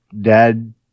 dad